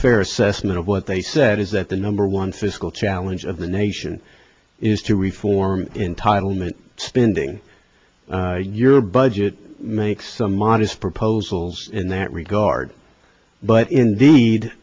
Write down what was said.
fair assessment of what they said is that the number one physical challenge of the nation is to reform entitlement spending your budget makes some modest proposals in that regard but indeed